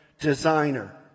designer